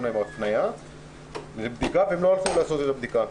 להם הפניה לבדיקה והם לא הלכו לעשות את הבדיקה,